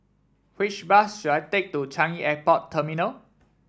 which bus should I take to Changi Airport Terminal